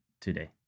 today